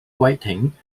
writing